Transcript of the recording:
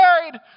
married